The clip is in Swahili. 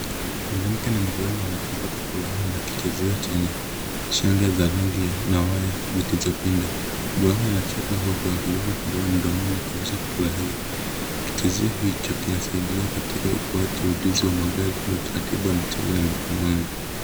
Mwanamke na mvulana wanacheza kwa furaha na kichezeo chenye shanga ya rangi na waya zilizopinda. Mvulana anacheka huku akiweka kidole mdomoni akionyesha kufurahia. Kichezeo hicho kinasaidia katika ukuaji wa ujuzi wa magari na utaratibu wa mchezoni mkononi.